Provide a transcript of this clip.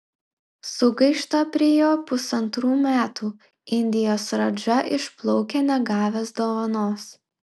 sugaišta prie jo pusantrų metų indijos radža išplaukia negavęs dovanos